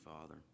Father